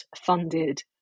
funded